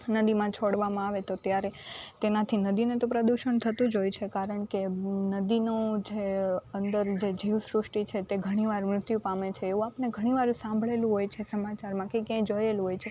નદીમાં છોડવામાં આવે તો ત્યારે તેનાથી નદીનું તો પ્રદૂષણ થતું જ હોય છે કારણકે નદીનું જે અંદર જે જીવસૃષ્ટિ છે તે ઘણી વાર મૃત્યુ પામે છે એવું આપણે ઘણી વાર સાંભળેલું હોય છે સમાચારમાં કે ક્યાંય જોયેલું હોય છે